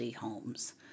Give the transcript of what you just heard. homes